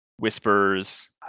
whispers